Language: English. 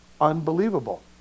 unbelievable